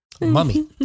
Mummy